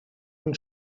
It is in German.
von